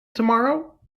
tomorrow